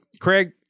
Craig